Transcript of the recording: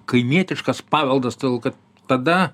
kaimietiškas paveldas todėl kad tada